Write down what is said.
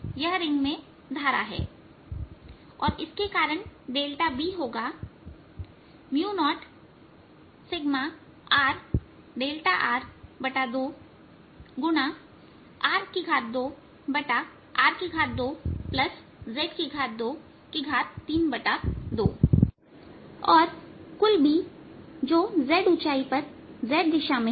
यह रिंग में धारा है और इसलिए इसके कारण B होगी0σrΔr2r2r2z232 और कुल B जो z ऊंचाई पर z दिशा में है